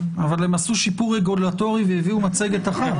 אבל הם עשו שיפור רגולטורי והביאו מצגת אחת,